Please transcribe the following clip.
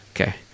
Okay